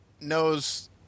knows